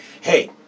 hey